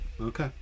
Okay